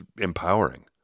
empowering